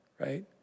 right